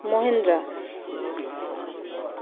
Mahindra